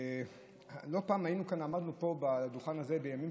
לא פעם עמדנו פה על הדוכן הזה בימים